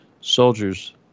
soldiers